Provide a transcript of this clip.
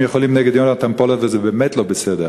יכולים נגד יהונתן פולארד וזה באמת לא בסדר,